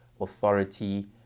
authority